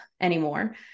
anymore